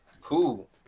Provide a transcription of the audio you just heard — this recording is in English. Cool